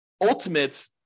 ultimate